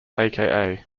aka